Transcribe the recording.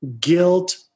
guilt